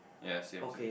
yea same same